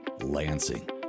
Lansing